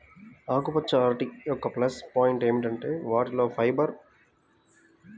ఆకుపచ్చ అరటి యొక్క ప్లస్ పాయింట్ ఏమిటంటే వాటిలో ఫైబర్